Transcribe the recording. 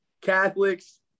Catholics